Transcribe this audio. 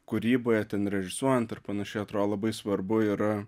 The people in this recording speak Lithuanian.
kūryboje ten režisuojant ar panašiai atrodo labai svarbu yra